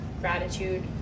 gratitude